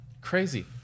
crazy